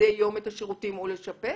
מדי יום את השירותים או לשפץ.